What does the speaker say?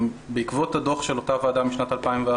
בעקבות הדוח של אותה ועדה משנת 2011